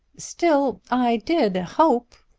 still i did hope